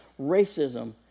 racism